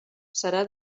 serà